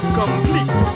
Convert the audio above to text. complete